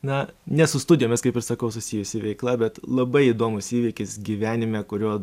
na ne su studijomis kaip ir sakau susijusi veikla bet labai įdomus įvykis gyvenime kurio